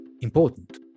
important